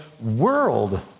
world